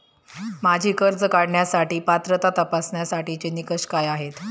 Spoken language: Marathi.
माझी कर्ज काढण्यासाठी पात्रता तपासण्यासाठीचे निकष काय आहेत?